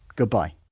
goodbye